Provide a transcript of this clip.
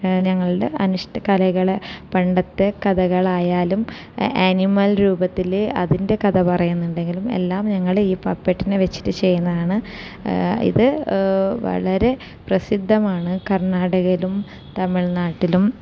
ഞങ്ങളുടെ അനുഷ്ഠ കലകളെ പണ്ടത്തെ കഥകളായാലും ആനിമൽ രൂപത്തില് അതിൻ്റെ കഥ പറയുന്നുണ്ടെങ്കിലും എല്ലാം ഞങ്ങളുടെ ഈ പപ്പെട്ടിനെ വെച്ചിട്ട് ചെയ്യുന്നതാണ് ഇത് വളരെ പ്രസിദ്ധമാണ് കർണാടകയിലും തമിഴ്നാട്ടിലും